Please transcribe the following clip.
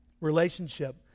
Relationship